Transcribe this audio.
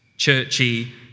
churchy